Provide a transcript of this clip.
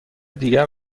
دیگر